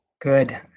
Good